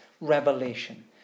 revelation